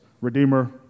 Redeemer